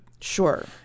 Sure